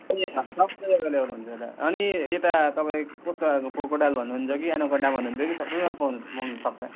अनि यता तपाईँ कस्तो खालको क्रोकोडाइल भन्नुहुन्छ कि एनाकोन्डा भन्नुहुन्छ कि सबैमा पाउन पाउन सक्छ